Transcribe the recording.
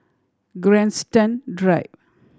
Grandstand Drive